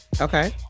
Okay